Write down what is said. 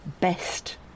best